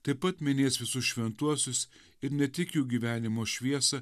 taip pat minės visus šventuosius ir ne tik jų gyvenimo šviesą